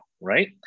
Right